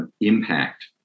impact